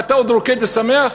ואתה עוד רוקד ושמח?